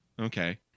Okay